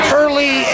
early